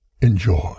enjoy